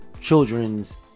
children's